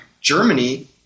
Germany